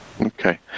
Okay